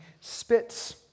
spits